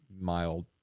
mild